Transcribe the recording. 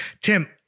Tim